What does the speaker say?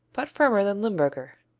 but firmer than limburger.